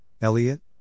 Elliot